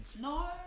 No